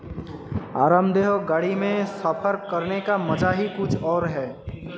आरामदेह गाड़ी में सफर करने का मजा ही कुछ और है